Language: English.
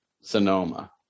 Sonoma